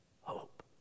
hope